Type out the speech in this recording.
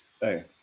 Hey